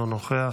אינו נוכח.